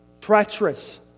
treacherous